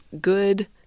good